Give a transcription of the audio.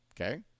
Okay